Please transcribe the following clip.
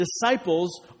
Disciples